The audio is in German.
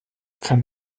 kann